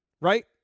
right